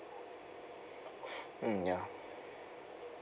mm ya